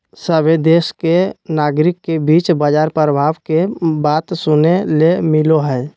सभहे देश के नागरिक के बीच बाजार प्रभाव के बात सुने ले मिलो हय